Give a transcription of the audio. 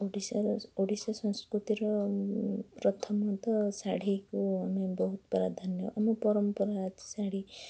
ଓଡ଼ିଶାର ଓଡ଼ିଶା ସଂସ୍କୃତିର ପ୍ରଥମତ ଶାଢ଼ୀକୁ ଆମେ ବହୁତ ପ୍ରାଧାନ୍ୟ ଆମ ପରମ୍ପରା ଅଛି ଶାଢ଼ୀ